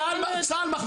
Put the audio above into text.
צה"ל שם